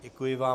Děkuji vám.